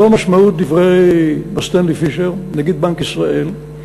זו משמעות דברי מר סטנלי פישר, נגיד בנק ישראל,